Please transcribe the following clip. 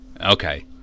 Okay